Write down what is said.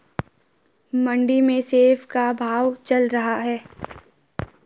मंडी में सेब का क्या भाव चल रहा है?